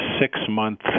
six-month